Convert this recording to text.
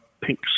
pink